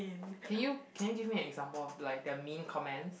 can you can you give me an example of like the mean comments